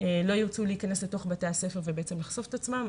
לא ירצו להיכנס לבתי הספר ולחשוף את עצמן,